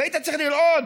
היית צריך לראות